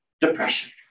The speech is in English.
depression